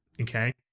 okay